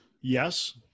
yes